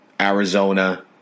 Arizona